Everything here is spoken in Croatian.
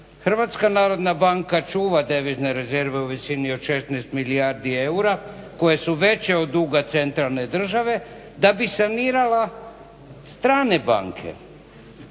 Hrvatska narodna banka čuva devizne rezereve u visini od 16 milijardi eura koje su veće od duga centralne države da bi sanirala strane banke,